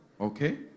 Okay